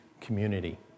community